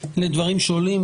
לדברים שעולים.